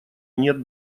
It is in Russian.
нет